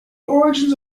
origin